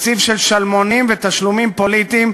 תקשיב של שלמונים ותשלומים פוליטיים,